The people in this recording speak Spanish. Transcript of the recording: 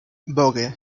vogue